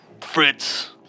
Fritz